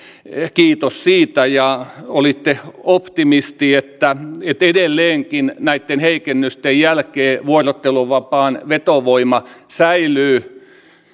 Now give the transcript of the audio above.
kiitos siitä olitte optimisti että edelleenkin näitten heikennysten jälkeen vuorotteluvapaan vetovoima säilyy